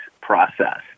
Process